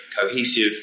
cohesive